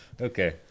Okay